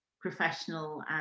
professional